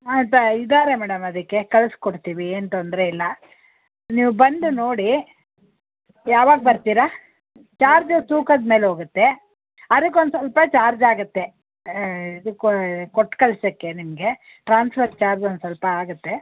ಅದು ಇದ್ದಾರೆ ಮೇಡಮ್ ಅದಕ್ಕೆ ಕಳ್ಸಿ ಕೊಡ್ತೀವಿ ಏನೂ ತೊಂದರೆ ಇಲ್ಲ ನೀವು ಬಂದು ನೋಡಿ ಯಾವಾಗ ಬರ್ತೀರ ಚಾರ್ಜ್ ತೂಕದ ಮೇಲೆ ಹೋಗುತ್ತೆ ಅದಕ್ಕೊಂದು ಸ್ವಲ್ಪ ಚಾರ್ಜ್ ಆಗುತ್ತೆ ಇದು ಕೊ ಕೊಟ್ಟು ಕಳ್ಸೋಕ್ಕೆ ನಿಮಗೆ ಟ್ರಾನ್ಸ್ಫರ್ ಚಾರ್ಜ್ ಒಂದು ಸ್ವಲ್ಪ ಆಗುತ್ತೆ